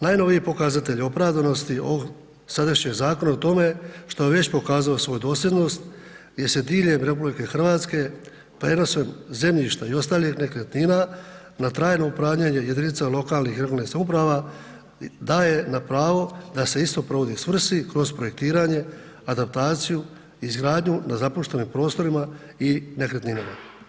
Najnoviji pokazatelj opravdanosti sadašnjeg zakona je u tome što je već pokazao svoju dosljednost jer se diljem RH prijenosom zemljišta i ostalih nekretnina na trajno upravljanje jedinica lokalnih i regionalnih samouprava daje na pravo da se isto provodi svrsi kroz projektiranje, adaptaciju, izgradnju na zapuštenim prostorima i nekretninama.